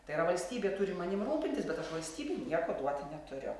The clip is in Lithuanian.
tai yra valstybė turi manim rūpintis bet aš valstybei nieko duoti neturiu